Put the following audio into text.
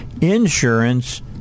insurance